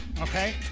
Okay